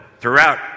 throughout